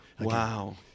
Wow